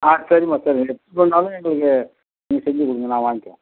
ஆ சரிம்மா சரி எங்களுக்கு நீங்கள் செஞ்சு கொடுங்க நான் வாங்கிவோம்